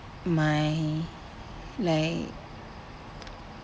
my like